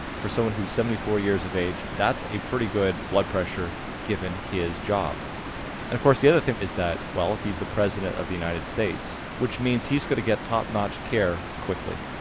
for someone who's seventy four years of age that's a pretty good blood pressure given his job, and of course the other thing is that well he's the president of the united states, which means he's going to get top-notch care quickly.